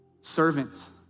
servants